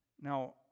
Now